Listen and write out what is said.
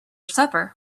supper